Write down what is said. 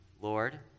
Lord